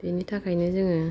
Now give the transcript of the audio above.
बेनि थाखायनो जोङो